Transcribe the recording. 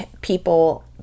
people